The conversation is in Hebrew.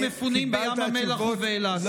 אני מציע שתשוחחו עם המפונים בים המלח ובאילת.